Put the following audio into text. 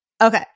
Okay